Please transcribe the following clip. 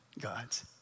gods